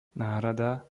náhrada